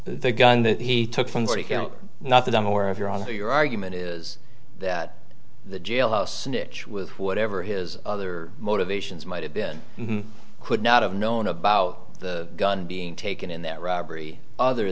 the gun that he took from the not that i'm aware of your honor your argument is that the jailhouse snitch with whatever his other motivations might have been could not have known about the gun being taken in that robbery other